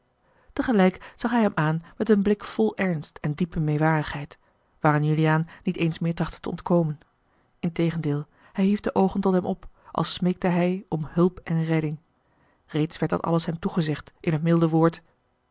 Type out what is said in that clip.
tegelijk zag hij hem aan met een blik vol ernst en diepe meêwarigheid waaraan juliaan niet eens meer trachtte te ontkomen integendeel hij hief de oogen tot hem op als smeekte hij om hulp en redding reeds werd dat alles hem toegezegd in het milde woord